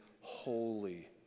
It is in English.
holy